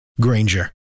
Granger